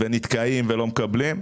נתקעים ולא מקבלים.